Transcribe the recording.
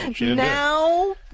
Now